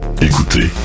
Écoutez